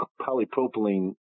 polypropylene